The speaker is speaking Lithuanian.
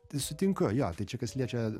sutinku jo tai čia kas liečia